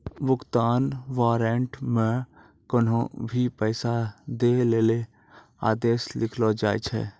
भुगतान वारन्ट मे कोन्हो भी पैसा दै लेली आदेश लिखलो जाय छै